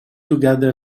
together